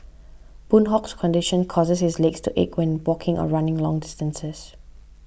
Boon Hock's condition causes his legs to ache when walking or running long distances